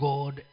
God